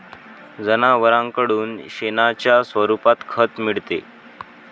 जनावरांकडून शेणाच्या स्वरूपात खत मिळते